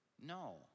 No